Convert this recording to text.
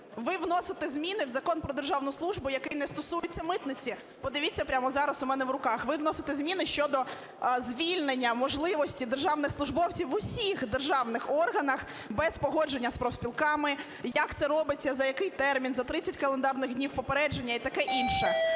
ви вносите зміни в Закон "Про державну службу", який не стосується митниці. Подивіться прямо зараз у мене в руках, ви вносите зміни щодо звільнення, можливості, державних службовців в усіх державних органах без погодження з профспілками, як це робиться, за який термін, за 30 календарних днів попередження і таке інше.